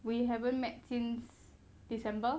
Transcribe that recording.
we haven't met since december